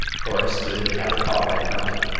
horace stood in the outer hall by the fountain,